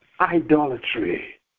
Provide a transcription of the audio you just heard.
idolatry